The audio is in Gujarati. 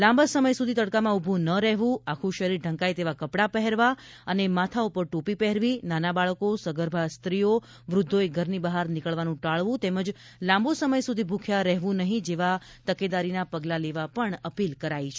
લાંબા સમય સુધી તડકામાં ઉભા ન રહેવું આખું શરીર ઢંકાય તેવા કપડા પહેરવા અને માથા પર ટોપી પહેરવી નાના બાળકો સગર્ભા સ્ત્રીઓ વૃદ્વોએ ઘરની બહાર નીકળવાનું ટાળવું તેમજ લાંબો સમય સુધી ભુખ્યા રહેવું નહીં જેવા તકેદારી પગલા લેવા અપીલ કરાઇ છે